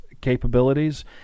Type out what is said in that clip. capabilities